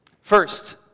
First